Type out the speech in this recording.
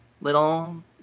little